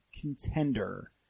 contender